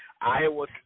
Iowa